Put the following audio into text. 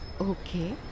Okay